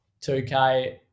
2K